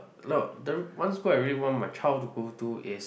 no the one school I really want my child to go to is